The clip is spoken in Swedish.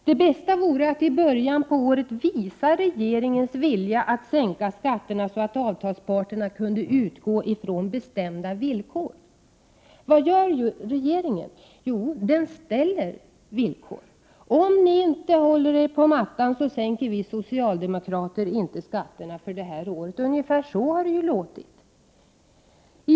Det bästa vore att regeringen i början av året visar sin vilja att sänka skatterna så att avtalsparterna kan utgå ifrån bestämda villkor. Vad gör då regeringen? Jo, den ställer villkor: Om ni inte håller er på mattan vill inte vi socialdemokrater sänka skatterna för detta år. Ungefär så har det låtit.